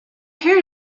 care